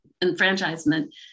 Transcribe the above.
enfranchisement